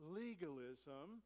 legalism